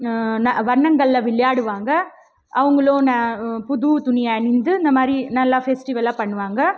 வண்ணங்களில் விளையாடுவாங்க அவங்களும் ந புது துணியை அணிந்து இந்த மாதிரி நல்லா ஃபெஸ்டிவலாக பண்ணுவாங்க